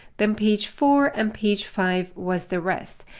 then page four and page five was the rest.